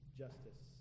justice